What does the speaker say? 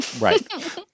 Right